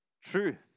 truth